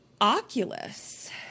oculus